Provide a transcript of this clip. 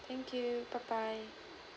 thank you bye bye